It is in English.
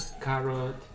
carrot